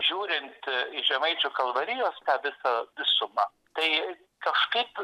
žiūrint į žemaičių kalvarijos tą visą visumą tai kažkaip